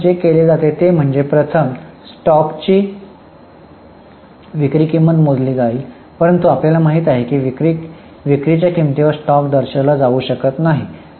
तर मग जे केले जाते ते म्हणजे प्रथम स्टॉकची विक्री किंमत मोजली जाईल परंतु आपल्याला माहित आहे की विक्रीच्या किंमतीवर स्टॉक दर्शविला जाऊ शकत नाही